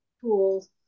tools